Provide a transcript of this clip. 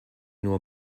nur